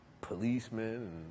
policemen